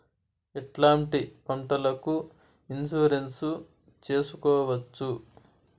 ఎట్లాంటి పంటలకు ఇన్సూరెన్సు చేసుకోవచ్చు?